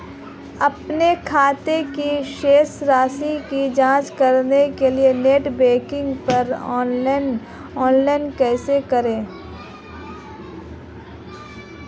अपने खाते की शेष राशि की जांच करने के लिए नेट बैंकिंग पर लॉगइन कैसे करें?